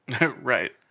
Right